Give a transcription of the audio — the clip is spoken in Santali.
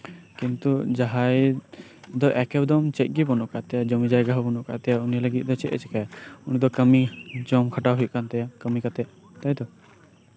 ᱠᱤᱱᱛᱩ ᱡᱟᱸᱦᱟᱭ ᱫᱚ ᱪᱮᱫ ᱜᱮ ᱵᱟᱱᱩᱜ ᱠᱟᱜ ᱛᱟᱭᱟ ᱡᱚᱢᱤ ᱡᱟᱭᱜᱟ ᱫᱚ ᱪᱮᱫ ᱦᱚᱸ ᱵᱟᱹᱱᱩᱜ ᱠᱟᱜ ᱛᱟᱭᱟ ᱩᱱᱤ ᱞᱟᱹᱜᱤᱫ ᱫᱚ ᱪᱮᱫ ᱮ ᱪᱤᱠᱟᱹᱭᱟ ᱩᱱᱤ ᱫᱚ ᱠᱟᱹᱢᱤ ᱡᱚᱝ ᱠᱷᱟᱴᱟᱣ ᱦᱩᱭᱩᱜ ᱠᱟᱱ ᱛᱟᱭᱟ ᱠᱟᱢᱤ ᱠᱟᱛᱮᱜ ᱛᱟᱭᱛᱳ